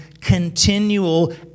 continual